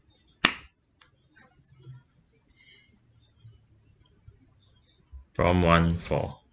prompt one four